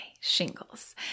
shingles